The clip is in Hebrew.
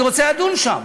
אני רוצה לדון שם.